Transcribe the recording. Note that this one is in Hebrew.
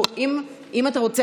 אם אתה רוצה,